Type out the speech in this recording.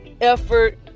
effort